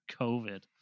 covid